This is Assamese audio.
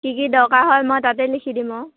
কি কি দৰকাৰ হয় মই তাতে লিখি দিম